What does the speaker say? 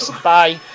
bye